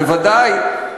בוודאי.